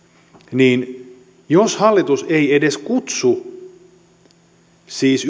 niin jos hallitus ei edes kutsu siis